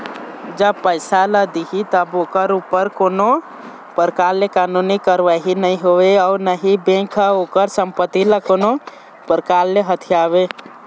जब पइसा ल दिही तब ओखर ऊपर कोनो परकार ले कानूनी कारवाही नई होवय अउ ना ही बेंक ह ओखर संपत्ति ल कोनो परकार ले हथियावय